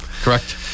Correct